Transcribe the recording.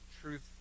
truth